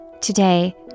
Today